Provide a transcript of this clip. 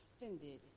offended